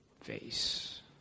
face